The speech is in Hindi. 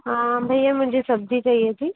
हाँ भैया मुझे सब्जी चाहिए थी